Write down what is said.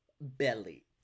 belly